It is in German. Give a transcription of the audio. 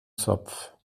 zopf